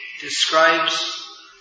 describes